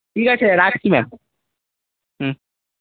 ঠিক আছে রাখছি ম্যাম হুম